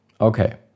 Okay